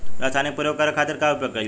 रसायनिक प्रयोग करे खातिर का उपयोग कईल जाइ?